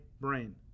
brain